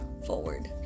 Forward